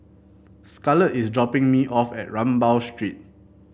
Scarlet is dropping me off at Rambau Street